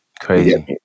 Crazy